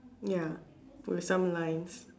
ya to some lines